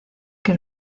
que